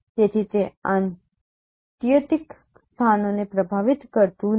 તેથી તે આત્યંતિક સ્થાનોને પ્રભાવિત કરતું નથી